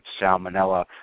salmonella